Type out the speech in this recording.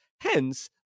Hence